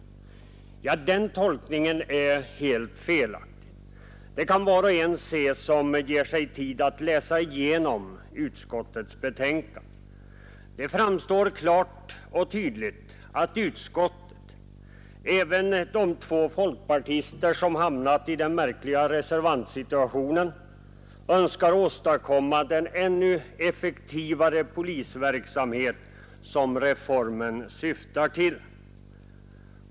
Den tolkningen är helt felaktig. Det kan var och en se som ger sig tid att läsa igenom utskottets betänkande. Det framgår klart och tydligt att utskottet — även de två folkpartister som hamnat i den märkliga reservantsituationen — önskar åstadkomma den ännu effektivare polisverksamhet som reformen syftar till.